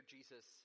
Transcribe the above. Jesus